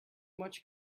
much